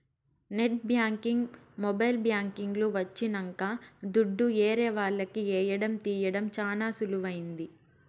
net banking mobile banking లు వచ్చినంక దుడ్డు ఏరే వాళ్లకి ఏయడం తీయడం చానా సులువైంది